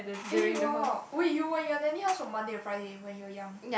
eh !wow! wait you were at your nanny house from Monday to Friday when you were young